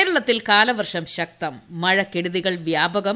കേരളത്തിൽ കാലവർഷം ശക്തം മഴക്കെടുതികൾ വ്യാപകം